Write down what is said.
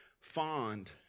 fond